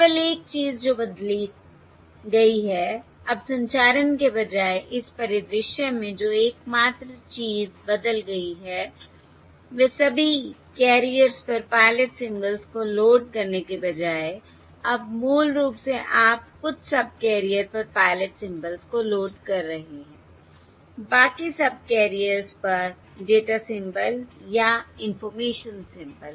केवल एक चीज जो बदली गई है अब संचारण के बजाय इस परिदृश्य में जो एकमात्र चीज बदल गई है वह सभी केरियर्स पर पायलट सिंबल्स को लोड करने के बजाय अब मूल रूप से आप कुछ सबकेरियर पर पायलट सिंबल्स को लोड कर रहे हैं बाकी सबकैरियर्स पर डेटा सिंबल या इंफॉर्मेशन सिंबल